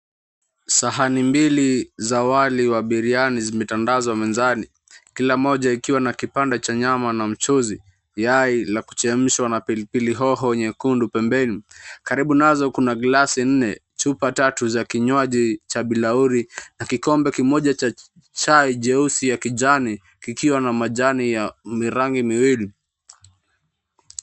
Sahani mbili za wali wa biriani zimetandazwa mezani, kila moja ikiwa na kipande cha nyama na mchuzi, yai la kuchemshwa, na pilipili hoho nyekundu pembeni. Karibu nazo kuna glasi nne, chupa tatu za kinywaji cha bilauri, na kikombe kimoja cha chai jeusi ya kijani, kikiwa na majani ya mirangi miwili.